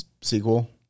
sequel